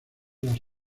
las